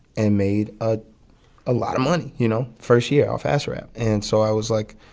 and made a ah lot of money, you know, first year off acid rap. and so i was, like,